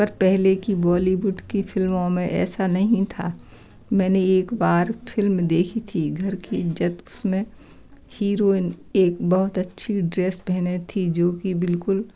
पर पहले की बॉलीवुड की फिल्मों में ऐसा नहीं था मैंने एक बार फिल्म देखी थी घर की इज़्ज़त उस में हिरोइन एक बहुत अच्छी ड्रेस पहने थी जो कि बिल्कुल